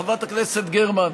חברת הכנסת גרמן,